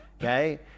okay